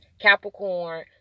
Capricorn